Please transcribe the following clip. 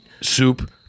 Soup